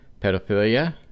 pedophilia